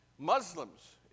Muslims